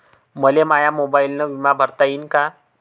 मले माया मोबाईलनं बिमा भरता येईन का?